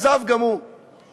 עזב גם הוא לאנגליה.